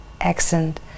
accent